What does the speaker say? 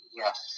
yes